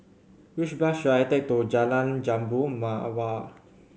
which bus should I take to Jalan Jambu Mawar